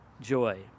joy